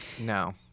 No